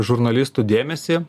žurnalistų dėmesį